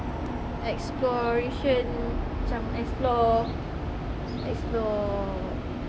exploration macam explore explore